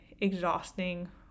exhausting